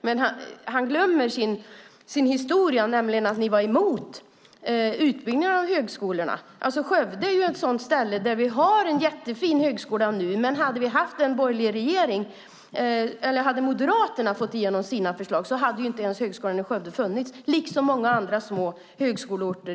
Men han glömmer sin historia, nämligen att ni var emot utbyggnaden av högskolorna. Skövde är ett sådant ställe där vi har en jättefin högskola. Men hade Moderaterna fått igenom sina förslag hade inte ens Högskolan i Skövde funnits, liksom många andra små högskolor.